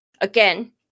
Again